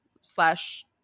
slash